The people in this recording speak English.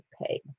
pay